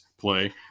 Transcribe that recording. play